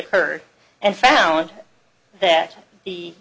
occurred and found that the